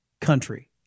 country